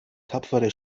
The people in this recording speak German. tapfere